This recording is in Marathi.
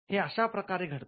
हे अश्या प्रकारे घडते